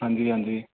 ਹਾਂਜੀ ਹਾਂਜੀ